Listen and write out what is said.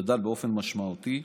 גדל באופן משמעותי,